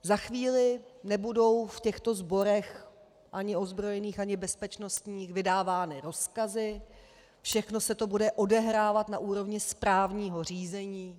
Za chvíli nebudou v těchto sborech, ani ozbrojených, ani bezpečnostních, vydávány rozkazy, všechno se to bude odehrávat na úrovni správního řízení.